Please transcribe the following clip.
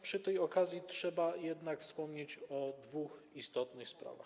Przy tej okazji trzeba jednak wspomnieć o dwóch istotnych sprawach.